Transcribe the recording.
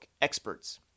experts